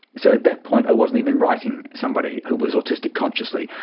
so at that point i wasn't even writing somebody who was autistic consciously,